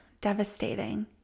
devastating